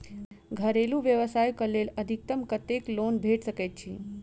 घरेलू व्यवसाय कऽ लेल अधिकतम कत्तेक लोन भेट सकय छई?